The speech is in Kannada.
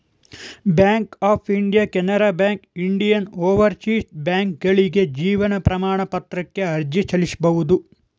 bank of India Canara Bank Indian Overseas ಬ್ಯಾಂಕ್ಕ್ಗಳಿಗೆ ಜೀವನ ಪ್ರಮಾಣ ಪತ್ರಕ್ಕೆ ಅರ್ಜಿ ಸಲ್ಲಿಸಬಹುದು